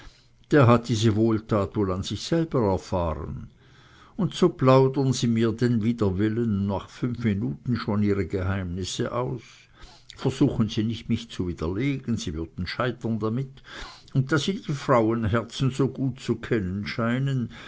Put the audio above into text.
der hat diese wohltat wohl an sich selbst erfahren und so plaudern sie mir denn wider willen nach fünf minuten schon ihre geheimnisse aus versuchen sie nicht mich zu widerlegen sie würden scheitern damit und da sie die frauenherzen so gut zu kennen scheinen